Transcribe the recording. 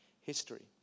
history